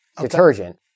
detergent